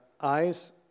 eyes